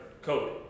code